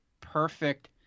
perfect